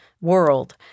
world